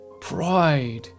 Pride